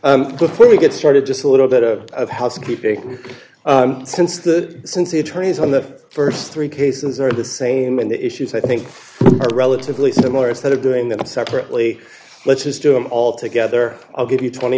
when we get started just a little bit of of housekeeping since the since the attorneys on the st three cases are the same and the issues i think are relatively similar instead of doing that separately let's just do it all together i'll give you twenty